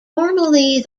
formerly